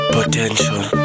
Potential